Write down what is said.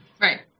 Right